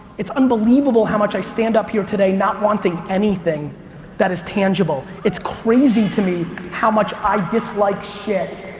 it's unbelievable how much i stand up here today not wanting anything that is tangible. it's crazy to me how much i dislike shit,